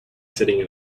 sitting